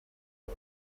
was